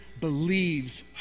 believes